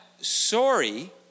sorry